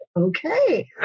okay